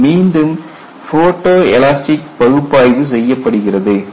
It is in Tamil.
இது மீண்டும் போட்டோ எலாஸ்டிக் பகுப்பாய்வு செய்யப்படுகிறது